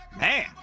Man